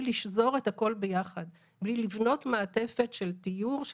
לשזור את הכל ביחד ומבלי לבנות מעטפת של דיור,